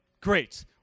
Great